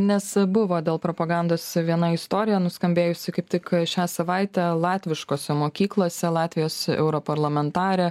nes buvo dėl propagandos viena istorija nuskambėjusi kaip tik šią savaitę latviškose mokyklose latvijos europarlamentarė